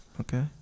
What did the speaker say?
Okay